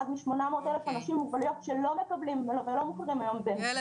מ-800,000 אנשים עם מוגבלויות שלא מקבלים היום בביטוח לאומי --- יעל,